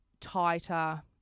tighter